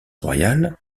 royale